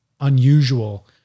unusual